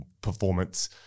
performance